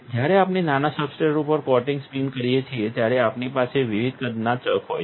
જ્યારે આપણે નાના સબસ્ટ્રેટ ઉપર કોટિંગ સ્પિન કરીએ છીએ ત્યારે આપણી પાસે વિવિધ કદના ચક હોય છે